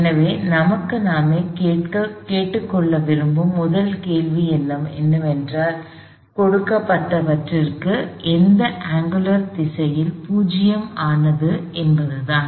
எனவே நமக்கு நாமே கேட்டுக்கொள்ள விரும்பும் முதல் கேள்வி என்னவென்றால் கொடுக்கப்பட்டவற்றுக்கு எந்த அங்குலர் நிலையில் 0 ஆனது என்பதுதான்